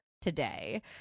today